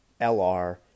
LR